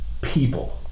people